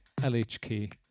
LHK